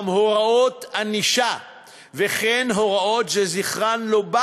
גם הוראות ענישה וכן הוראות שזכרן לא בא